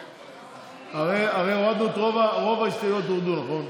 הרי רוב ההסתייגויות הורדו, נכון?